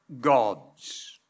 gods